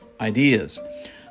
ideas